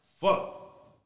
fuck